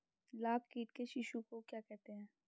लाख कीट के शिशु को क्या कहते हैं?